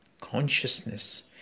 consciousness